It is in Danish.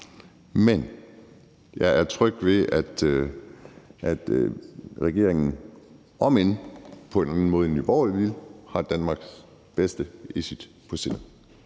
men – jeg er tryg ved, at regeringen, om end på en anden måde end Nye Borgerlige ville, har Danmarks bedste i sinde.